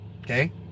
okay